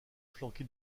flanqué